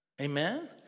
amen